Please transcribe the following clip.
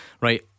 Right